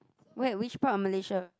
where which part of Malaysia